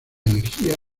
energía